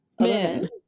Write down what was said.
men